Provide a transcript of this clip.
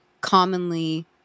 commonly